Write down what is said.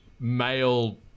Male